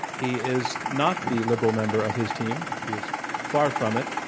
he is not the liberal member of his team, he is far from it.